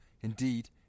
Indeed